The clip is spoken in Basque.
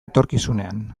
etorkizunean